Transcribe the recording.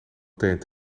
tnt